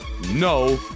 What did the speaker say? No